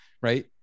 right